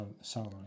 salary